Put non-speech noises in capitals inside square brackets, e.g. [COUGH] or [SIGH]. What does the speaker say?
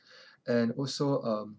[BREATH] and also um